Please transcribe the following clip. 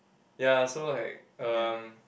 ya so like um